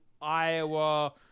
iowa